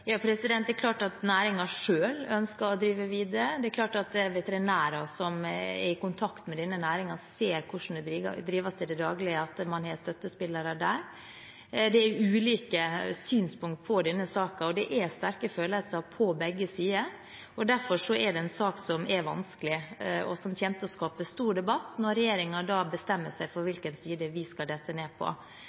Det er klart at næringen selv ønsker å drive videre. Det er klart at man blant veterinærer som er i kontakt med denne næringen, og som ser hvordan det drives i det daglige, har støttespillere. Det er ulike synspunkt på denne saken, og det er sterke følelser på begge sider. Derfor er det en sak som er vanskelig, og som kommer til å skape stor debatt når regjeringen bestemmer seg for hvilken side vi skal falle ned på.